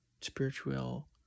spiritual